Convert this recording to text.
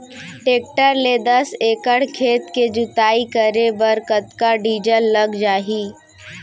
Tractor ले दस एकड़ खेत के जुताई करे बर कतका डीजल लग जाही?